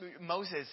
Moses